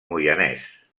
moianès